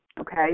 okay